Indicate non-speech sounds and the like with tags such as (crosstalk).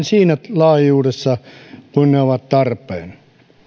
(unintelligible) siinä laajuudessa kuin ne ovat tarpeen